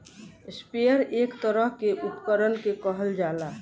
sprayer एक तरह के उपकरण के कहल जाला